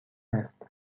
است